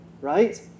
right